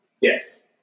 Yes